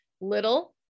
Little